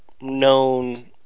known